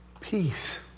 peace